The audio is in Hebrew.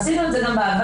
עשינו את זה גם בעבר.